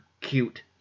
cute